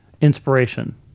inspiration